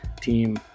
team